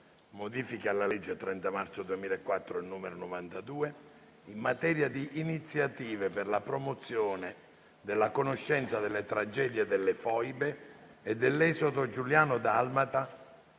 Modifiche alla legge 30 marzo 2004, n. 92, in materia di iniziative per la promozione della conoscenza della tragedia delle foibe e dell'esodo giuliano-dalmata